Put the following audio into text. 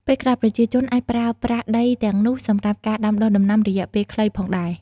ពេលខ្លះប្រជាជនអាចប្រើប្រាស់ដីទាំងនោះសម្រាប់ការដាំដុះដំណាំរយៈពេលខ្លីផងដែរ។